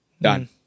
done